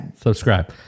subscribe